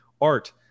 art